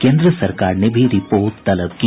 केन्द्र सरकार ने भी रिपोर्ट तलब की